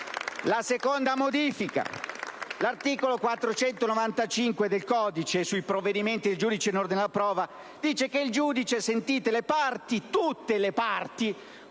alla seconda modifica. L'articolo 495 del codice di procedura penale sui provvedimenti del giudice in ordine alla prova dice che il giudice, sentite le parti - tutte le parti